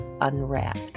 unwrapped